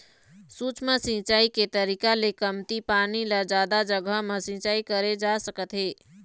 सूक्ष्म सिंचई के तरीका ले कमती पानी ल जादा जघा म सिंचई करे जा सकत हे